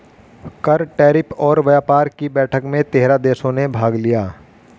कर, टैरिफ और व्यापार कि बैठक में तेरह देशों ने भाग लिया